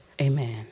Amen